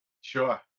Sure